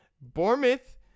Bournemouth